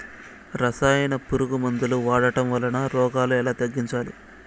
రసాయన పులుగు మందులు వాడడం వలన రోగాలు ఎలా తగ్గించాలి?